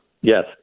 Yes